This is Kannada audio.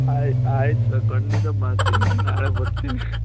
ಆಯ್ತ್ ಆಯ್ತು ಸರ್ ಖಂಡಿತ ಮಾಡ್ತೀನಿ ನಾಳೆ ಬರ್ತೀನಿ